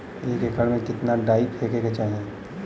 एक एकड़ में कितना डाई फेके के चाही?